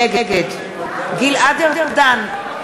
נגד גלעד ארדן,